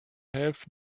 have